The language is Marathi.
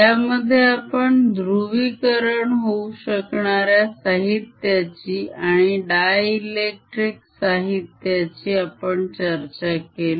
त्यामध्ये आपण ध्रुवीकरण होऊ शकणाऱ्या साहित्याची आणि डायइलेक्ट्रिक साहित्याची आपण चर्चा केली